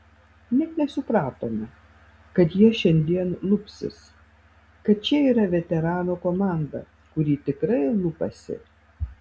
net nesupratome kad jie šiandien lupsis kad čia yra veteranų komanda kuri tikrai lupasi